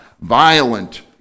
violent